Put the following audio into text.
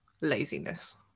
laziness